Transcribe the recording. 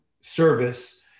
service